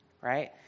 right